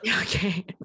Okay